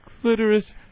clitoris